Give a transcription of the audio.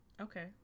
Okay